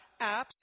apps